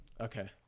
Okay